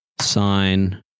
sign